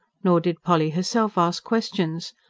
nor did polly herself ask questions.